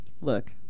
Look